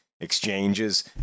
exchanges